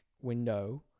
window